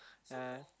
ah